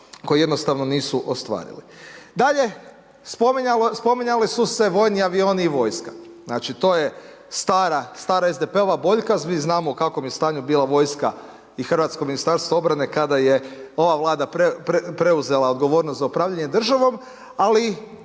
koji jednostavno nisu ostvarili. Dalje, spominjali su se vojni avioni i vojska, znači to je stara SDP-ova boljka, svi znamo u kakvom je stanju bila vojska i Hrvatsko ministarstvo obrane kada je ova vlada preuzela odgovornost za upravljanje državom, ali